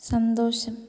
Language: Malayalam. സന്തോഷം